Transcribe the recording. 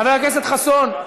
חבר הכנסת חסון,